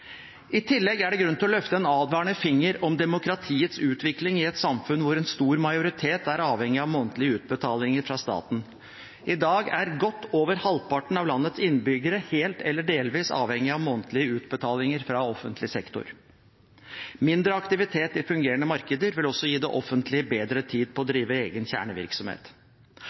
I tillegg er det grunn til å løfte en advarende finger når det gjelder demokratiets utvikling i et samfunn hvor en stor majoritet er avhengig av månedlige utbetalinger fra staten. I dag er godt over halvparten av landets innbyggere helt eller delvis avhengig av månedlige utbetalinger fra offentlig sektor. Mindre aktivitet i fungerende markeder vil også gi det offentlige bedre tid til å drive egen kjernevirksomhet.